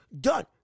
Done